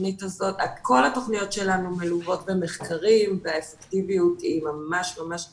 כל התוכניות שלנו מלוות במחקרים והאפקטיביות היא ממש ממש טובה.